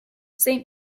saint